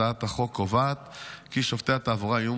הצעת החוק קובעת כי שופטי התעבורה יהיו